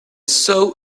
saw